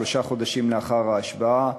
שלושה חודשים לאחר ההשבעה,